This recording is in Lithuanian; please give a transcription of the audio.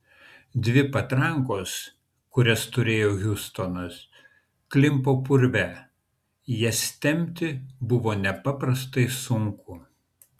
dvi patrankos kurias turėjo hiustonas klimpo purve jas tempti buvo nepaprastai sunku